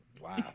Wow